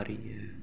அறிய